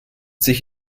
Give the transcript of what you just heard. sich